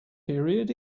period